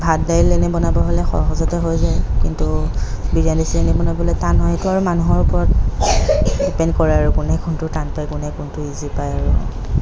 ভাত দাইল এনেই বনাব হ'লে সহজতে হৈ যায় কিন্তু বিৰিয়ানী চিৰিয়ানী বনাবলৈ টান হয় এইটো আৰু মানুহৰ ওপৰত ডিপেণ্ড কৰে আৰু কোনে কোনটো টান পায় কোনে কোনটো ইজি পায় আৰু